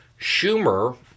Schumer